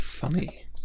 funny